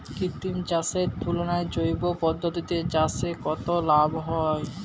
কৃত্রিম চাষের তুলনায় জৈব পদ্ধতিতে চাষে কত লাভ হয়?